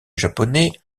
japonais